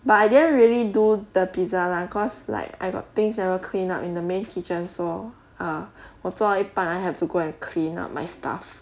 but I didn't really do the pizza lah cause like I got things never clean up in the main kitchen so err 我做到一半 I have to go and clean up my stuff